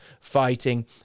fighting